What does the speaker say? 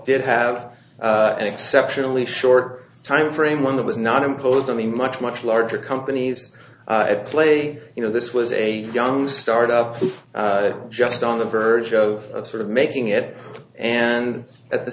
did have an exceptionally short timeframe one that was not imposed on the much much larger companies at play you know this was a young start of it just on the verge of sort of making it and at the